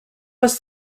was